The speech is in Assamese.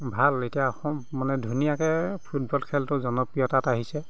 ভাল এতিয়া অসম মানে ধুনীয়াকৈ ফুটবল খেলটো জনপ্ৰিয়তাত আহিছে